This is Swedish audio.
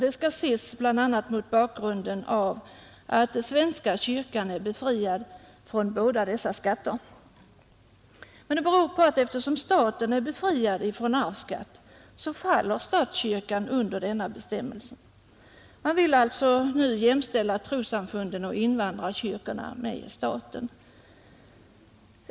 Det skall ses bl.a. mot bakgrunden av att svenska kyrkan är befriad från båda dessa skatter. Detta beror emellertid på att staten är befriad från arvsskatt, och statskyrkan faller under denna bestämmelse. Man vill nu jämställa trossamfunden och invandrarkyrkorna med staten.